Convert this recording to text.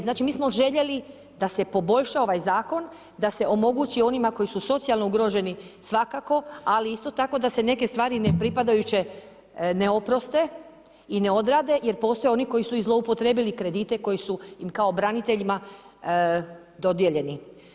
Znači mi smo željeli da se poboljša ovaj zakon, da se omogući onima koji su socijalno ugroženi svakako, ali isto tako da se neke stvari ne pripadajuće ne oproste i ne odrade jer postoje oni koji su i zloupotrijebili kredite koji su im kao braniteljima dodijeljeni.